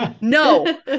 no